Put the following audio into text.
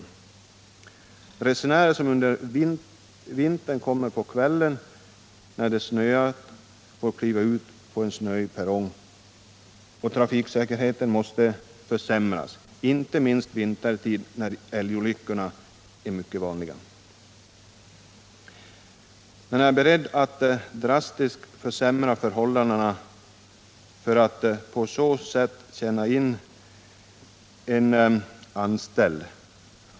Och resenärer som kommer till stationen på kvällen under vintern, när det har snöat, får kliva ut på en snöig perrong. Dessutom måste trafiksäkerheten bli sämre, inte minst vintertid när älgolyckorna är mycket vanliga. Man är sålunda beredd att drastiskt försämra förhållandena för att på det sättet tjäna in en anställd.